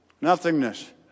Nothingness